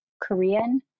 Korean